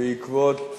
בעקבות